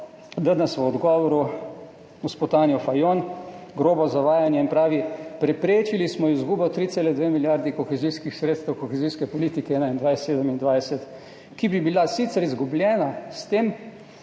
danes v odgovoru gospo Tanjo Fajon, grobo zavajanje, ko pravi, preprečili smo izgubo 3,2 milijarde kohezijskih sredstev, kohezijske politike 2021–2027, ki bi bila sicer izgubljena s tem,